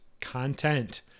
content